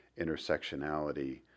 intersectionality